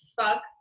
fuck